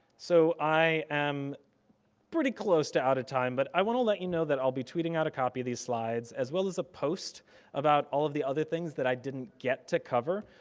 so, i am pretty close to out of time, but i wanna let you know that i'll be tweeting out a copy of these slides. as well as a post about all of the other things that i didn't get to cover,